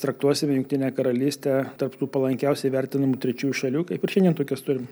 traktuosim jungtinę karalystę tarp tų palankiausiai vertinamų trečiųjų šalių kaip ir šiandien tokias turim